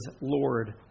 Lord